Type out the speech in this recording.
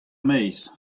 maez